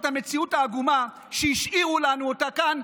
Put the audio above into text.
את המציאות העגומה שהשאירו לנו כאן,